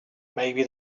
maybe